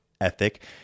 ethic